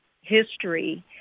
history